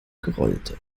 grollte